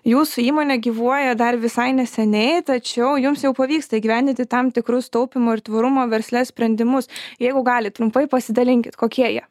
jūsų įmonė gyvuoja dar visai neseniai tačiau jums jau pavyksta įgyvendinti tam tikrus taupymo ir tvarumo versle sprendimus jeigu galit trumpai pasidalinkit kokie jie